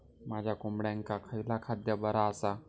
माझ्या कोंबड्यांका खयला खाद्य बरा आसा?